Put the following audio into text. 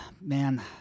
man